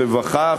רווחה,